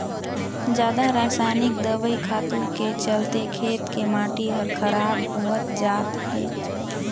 जादा रसायनिक दवई खातू के चलते खेत के माटी हर खराब होवत जात हे